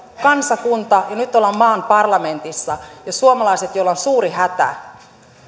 kansakunta ja nyt ollaan maan parlamentissa ja suomalaiset joilla on suuri hätä